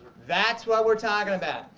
that's what we're talking about.